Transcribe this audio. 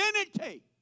identity